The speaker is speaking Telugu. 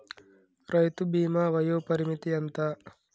రైతు బీమా వయోపరిమితి ఎంత?